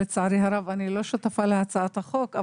לצערי הרב אני לא שותפה להצעת החוק.